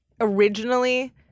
originally